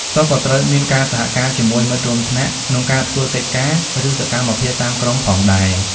សិស្សក៏ត្រូវមានការសហការជាមួយមិត្តរួមថ្នាក់ ក្នុងការធ្វើកិច្ចការ ឬសកម្មភាពតាមក្រុមផងដែរ។